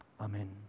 Amen